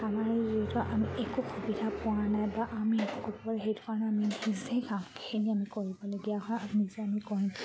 আমাৰ যিহেতু আমি একো সুবিধা পোৱা নাই বা আমি একো ক'ৰবাৰ হেৰি পোৱা নাই সেইটো কাৰণে আমি নিজেই কামখিনি আমি কৰিবলগীয়া হয় নিজে আমি কম